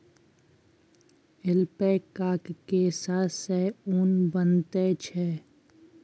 ऐल्पैकाक केससँ ऊन बनैत छै